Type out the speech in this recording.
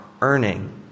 earning